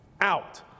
out